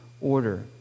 order